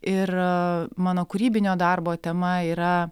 ir mano kūrybinio darbo tema yra